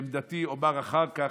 את עמדתי אומר אחר כך,